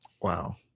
Wow